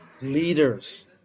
leaders